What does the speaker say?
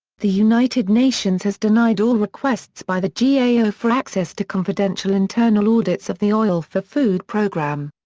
the united nations has denied all requests by the gao for access to confidential internal audits of the oil-for-food programme.